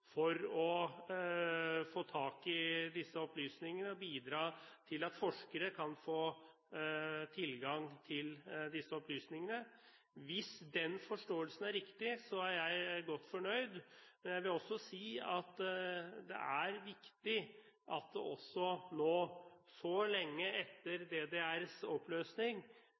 for å få tak i disse opplysningene og bidra til at forskere kan få tilgang til dem. Hvis den forståelsen er riktig, er jeg godt fornøyd. Jeg vil også si at det er viktig at det nå, så lenge etter DDRs oppløsning,